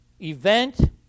event